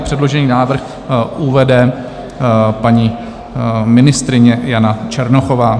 Předložený návrh uvede paní ministryně Jana Černochová.